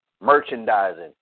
merchandising